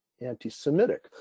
anti-Semitic